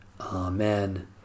Amen